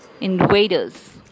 invaders